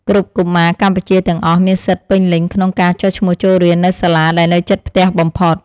គ្រប់កុមារកម្ពុជាទាំងអស់មានសិទ្ធិពេញលេញក្នុងការចុះឈ្មោះចូលរៀននៅសាលាដែលនៅជិតផ្ទះបំផុត។